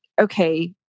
okay